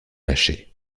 lâcher